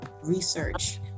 research